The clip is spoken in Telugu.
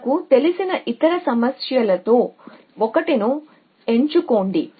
మనకు తెలిసిన ఇతర సమస్యలలో 1 ని ఎంచుకోండి